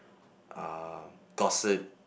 ah gossip